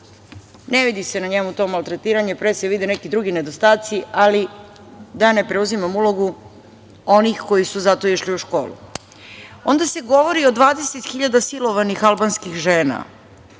Ne vidi se na njemu to maltretiranje, pre se vide neki drugi nedostaci, ali, da ne preuzimam ulogu onih koji su za to išli u školu. Onda se govori o 20 hiljada silovanih albanskih žena,